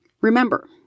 Remember